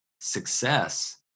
success